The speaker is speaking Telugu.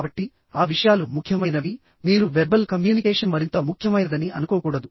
కాబట్టి ఆ విషయాలు ముఖ్యమైనవి మీరు వెర్బల్ కమ్యూనికేషన్ మరింత ముఖ్యమైనదని అనుకోకూడదు